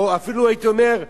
ואפילו הייתי אומר,